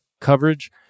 coverage